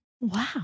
Wow